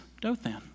Dothan